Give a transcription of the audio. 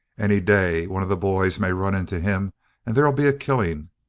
any day one of the boys may run into him and there'll be a killing.